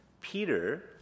Peter